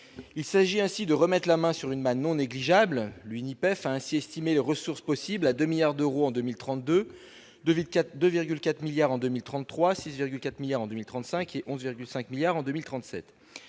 il s'agit ainsi de remettent la main sur une manne non négligeable lui ni Pef a ainsi estimé les ressources possibles à 2 milliards d'euros en 2032 2004 2 4 milliards en 2000 33 6,4 milliards en 2035 et 11 5 milliards en 2037